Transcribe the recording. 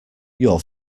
your